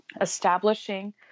Establishing